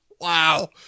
Wow